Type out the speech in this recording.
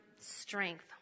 strength